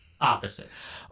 opposites